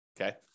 okay